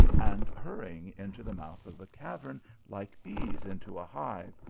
and hurrying into the mouth of the cavern like bees into a hive.